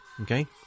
Okay